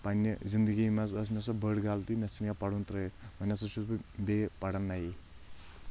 پننہِ زنٛدگی منٛز ٲس مےٚ سۄ بٔڑ غلطی مےٚ ژھٕنیٚو پرُن ترٛٲیِتھ وۄنۍ ہسا چھُس بہٕ بیٚیہِ پران نیے